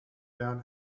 down